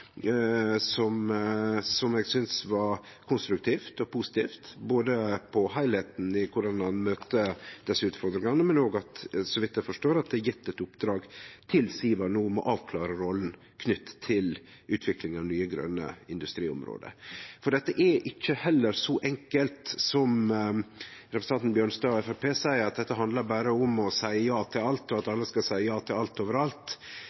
Eg synest det var konstruktivt og positivt, både med omsyn til heilskapen i korleis ein møter desse utfordringane, og til at det, så vidt eg forstår, no er gjeve eit oppdrag til Siva om å avklare rolla knytt til utvikling av nye, grøne industriområde. Dette er ikkje så enkelt som representanten Bjørnstad frå Framstegspartiet seier, at dette berre handlar om å seie ja til alt, og at alle skal seie ja til alt